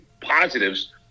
positives